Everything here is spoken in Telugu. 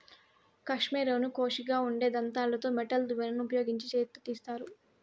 కష్మెరెను కోషిగా ఉండే దంతాలతో మెటల్ దువ్వెనను ఉపయోగించి చేతితో తీస్తారు